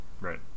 Right